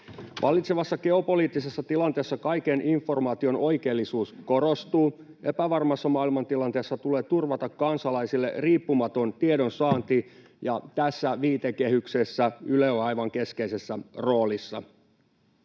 Vallitsevassa geopoliittisessa tilanteessa kaiken informaation oikeellisuus korostuu. Epävarmassa maailmantilanteessa tulee turvata kansalaisille riippumaton tiedonsaanti, ja tässä viitekehyksessä Yle on aivan keskeisessä roolissa.